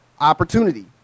Opportunity